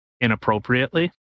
inappropriately